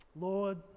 Lord